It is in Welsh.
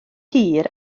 hir